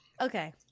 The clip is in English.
Okay